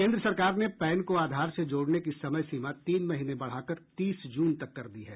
केन्द्र सरकार ने पैन को आधार से जोड़ने की समय सीमा तीन महीने बढ़ाकर तीस जून तक कर दी है